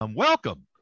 Welcome